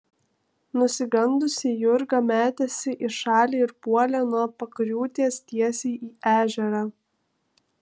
nusigandusi jurga metėsi į šalį ir puolė nuo pakriūtės tiesiai į ežerą